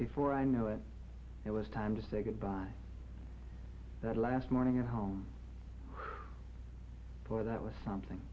before i knew it it was time to say goodbye that last morning at home or that was something